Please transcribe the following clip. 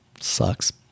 sucks